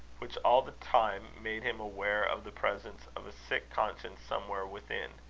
which all the time made him aware of the presence of a sick conscience somewhere within.